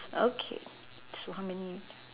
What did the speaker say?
okay so how many